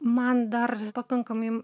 man dar pakankamai